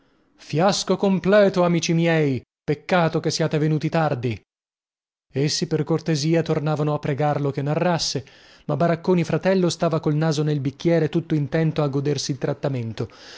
fiasco completo amici miei peccato che siate venuti tardi essi per cortesia tornavano a pregarlo che narrasse ma baracconi fratello stava col naso nel bicchiere tutto intento a godersi il trattamento